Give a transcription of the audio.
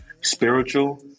spiritual